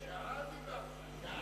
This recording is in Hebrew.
שעה דיברת.